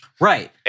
Right